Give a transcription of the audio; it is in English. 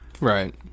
right